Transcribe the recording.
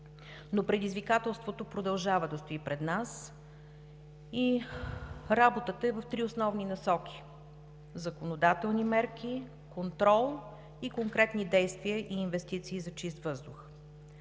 но предизвикателството продължава да стои пред нас и работата е в три основни насоки – законодателни мерки, контрол и конкретни действия и инвестиции за чист въздух.